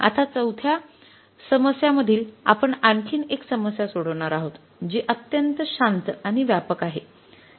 आता चौथ्या समस्या मधील आपण आणखी एक समस्या सोडवणार आहोत जी अत्यंत शांत आणि व्यापक आहे